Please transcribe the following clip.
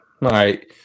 right